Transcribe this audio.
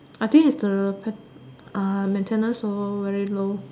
I think is the mainte~ ah maintenance all very low